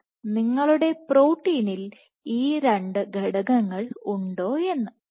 ൽ നിങ്ങളുടെ പ്രോട്ടീൻ ഇൽ ഈ 2 ഘടകങ്ങൾ ഉണ്ടോ എന്ന്